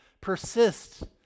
Persist